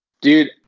Dude